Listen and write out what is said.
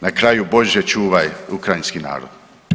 Na kraju, Bože, čuvaj ukrajinski narod.